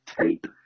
tape